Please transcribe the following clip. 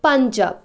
Punjab